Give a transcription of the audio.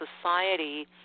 society